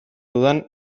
dudan